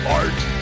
art